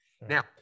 Now